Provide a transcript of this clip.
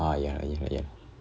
orh ya ya ya